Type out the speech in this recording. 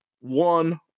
one